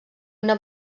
una